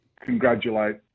congratulate